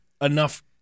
enough